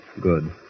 Good